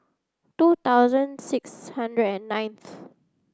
two thousand six hundred and nineth